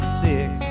six